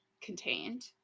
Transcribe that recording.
contained